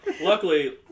Luckily